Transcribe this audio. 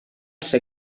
ser